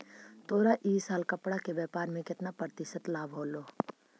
तोरा इ साल कपड़ा के व्यापार में केतना प्रतिशत लाभ होलो?